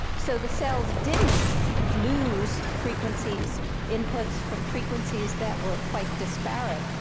so the cells didn't lose frequencies inputs from frequencies that were quite disparate.